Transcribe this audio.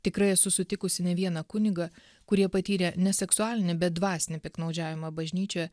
tikrai esu sutikusi ne vieną kunigą kurie patyrė ne seksualinį be dvasinį piktnaudžiavimą bažnyčioje